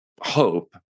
hope